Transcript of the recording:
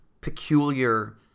peculiar –